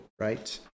right